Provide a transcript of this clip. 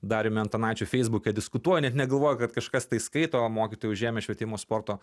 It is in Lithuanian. dariumi antanaičiu feisbuke diskutuoju net negalvoju kad kažkas tai skaito mokytojai užėmę švietimo sporto